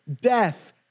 death